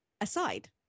aside